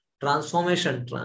transformation